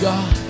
God